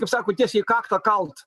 kaip sako tiesiai į kaktą kalt